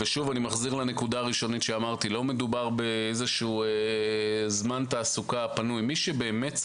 וזה אולי למשרד החינוך.